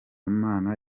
mana